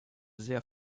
sehr